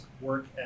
work